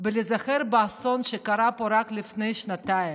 ולהיזכר באסון שקרה פה רק לפני שנתיים,